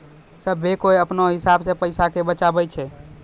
सभ्भे कोय अपनो हिसाब से पैसा के बचाबै छै